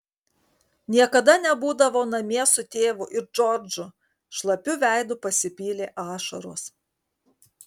niekada nebūdavau namie su tėvu ir džordžu šlapiu veidu pasipylė ašaros